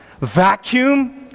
vacuum